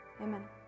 Amen